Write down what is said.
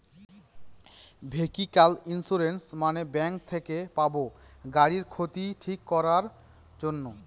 vehicle insurance মানে bank থেকে পাবো গাড়ির ক্ষতি ঠিক করাক জন্যে